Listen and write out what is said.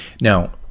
now